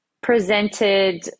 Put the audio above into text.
presented